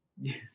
Yes